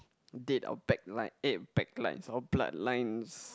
date our back line eh back lines our bloodlines